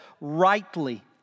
rightly